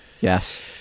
Yes